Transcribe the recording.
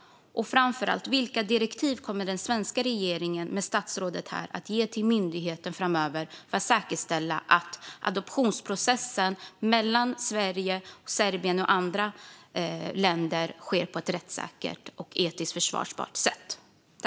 Och framför allt, vilka direktiv kommer den svenska regeringen, med statsrådet, att ge till myndigheten framöver för att säkerställa att adoptionsprocessen mellan Sverige och Serbien eller andra länder sker på ett rättssäkert och etiskt försvarbart sätt?